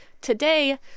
today